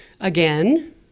again